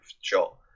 shot